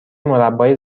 مربای